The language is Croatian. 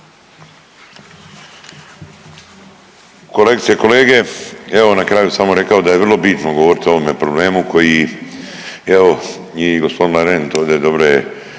Kolegice i kolege. Evo na kraju bi samo rekao da je vrlo bitno govorit o ovome problemu koji evo i g. Marent ovdje dobro